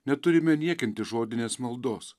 neturime niekinti žodinės maldos